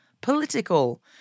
political